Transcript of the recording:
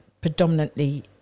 predominantly